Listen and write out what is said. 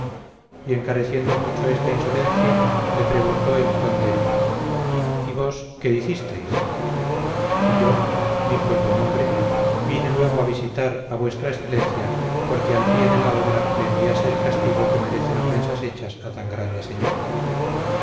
y encareciendo mucho esta insolencia le preguntó el conde y vos qué hicisteis yo dijo el buen hombre vine luego a avisar a v excelencia porque al pie de la obra le enviase el castigo que merecen ofensas hechas a tan grande señor